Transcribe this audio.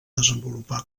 desenvolupar